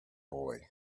boy